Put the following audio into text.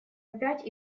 опять